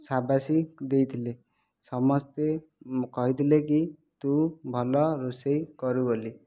ସାବାସି ଦେଇଥିଲେ ସମସ୍ତେ କହିଥିଲେ କି ତୁ ଭଲ ରୋଷେଇ କରୁ ବୋଲି